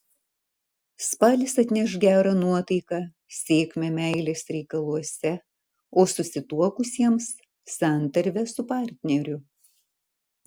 spalis atneš gerą nuotaiką sėkmę meilės reikaluose o susituokusiems santarvę su partneriu